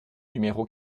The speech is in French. numéro